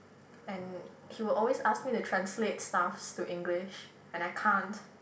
and he would always ask me to translate stuffs to English and I can't